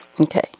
Okay